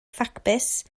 ffacbys